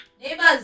neighbors